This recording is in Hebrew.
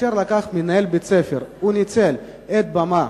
כאשר מנהל בית-ספר ניצל את הבמה